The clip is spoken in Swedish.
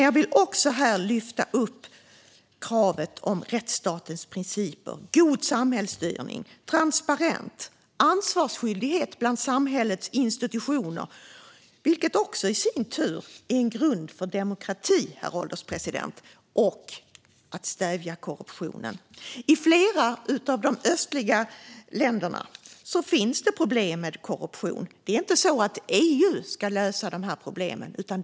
Jag vill också lyfta upp kravet gällande rättsstatens principer, god samhällsstyrning, transparens, ansvarsskyldighet bland samhällets institutioner - vilket i sin tur är en grund för demokrati, herr ålderspresident - samt att korruptionen ska stävjas. I flera av de östliga länderna finns det problem med korruption, och det är inte så att EU ska lösa de problemen.